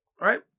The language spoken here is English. right